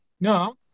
No